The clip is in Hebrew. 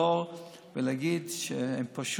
מדבר בנאום על זה שהשלום עם הפלסטינים